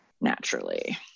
naturally